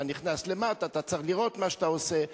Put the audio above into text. אתה נכנס למטה, אתה צריך לראות מה שאתה עושה.